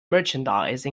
merchandise